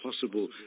possible